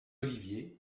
olivier